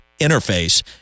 interface